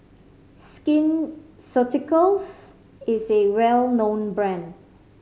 Skin Ceuticals is a well known brand